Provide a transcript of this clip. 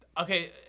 Okay